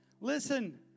Listen